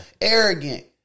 arrogant